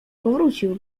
powrócił